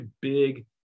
big